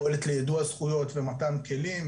פועלת ליידוע זכויות ומתן כלים,